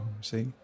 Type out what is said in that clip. See